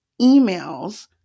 emails